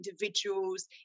individual's